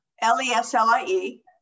L-E-S-L-I-E